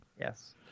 Yes